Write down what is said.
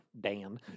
Dan